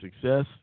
success